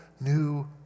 new